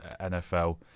nfl